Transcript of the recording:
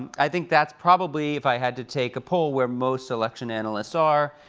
i think that's probably, if i had to take a poll, where most election analysts are.